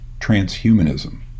transhumanism